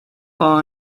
fall